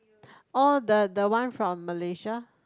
oh the the one from Malaysia